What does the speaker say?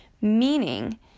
meaning